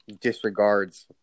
disregards